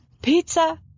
pizza